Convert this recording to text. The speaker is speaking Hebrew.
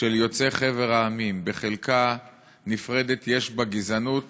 של יוצאי חבר המדינות בחלקה נפרדת, יש בה גזענות.